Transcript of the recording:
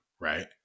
right